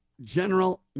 General